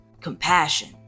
Compassion